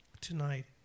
tonight